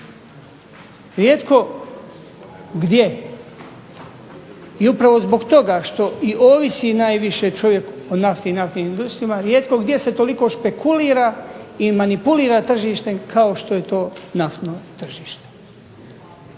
Rijetko gdje i upravo zbog toga što i ovisi najviše čovjek o nafti i naftnim industrijama rijetko gdje se toliko špekulira i manipulira tržištem kao što je to naftno tržište.